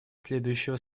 следующего